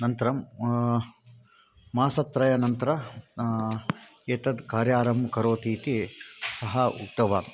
अनन्तरं मासत्रयानन्तरम् एतत् कार्यं करोति इति सः उक्तवान्